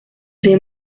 des